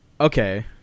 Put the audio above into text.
Okay